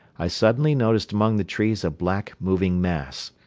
i suddenly noticed among the trees a black, moving mass.